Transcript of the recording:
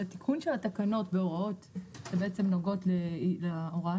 לתיקון של התקנות בהוראות שבעצם נוגעות להוראה